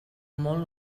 molt